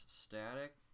Static